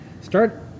Start